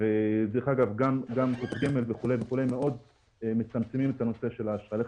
ודרך אגב גם קופות גמל וכולי מאוד מצמצמות את הנושא של האשראי.